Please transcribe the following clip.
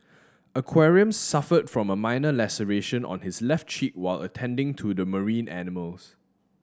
aquarium suffered from a minor laceration on his left cheek while attending to the marine animals